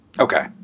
Okay